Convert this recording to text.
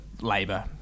Labour